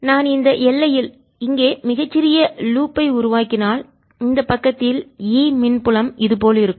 நான் இந்த எல்லையில் இங்கே மிகச் சிறிய லூப்பைவளையத்தை உருவாக்கினால் இந்த பக்கத்தில் E மின் புலம் இது போல் இருக்கும்